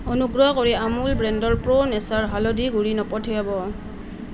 অনুগ্ৰহ কৰি আমুল ব্ৰেণ্ডৰ প্ৰো নেচাৰ হালধি গুড়ি নপঠিয়াব